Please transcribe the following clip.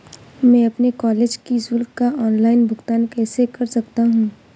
मैं अपने कॉलेज की शुल्क का ऑनलाइन भुगतान कैसे कर सकता हूँ?